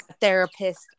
therapist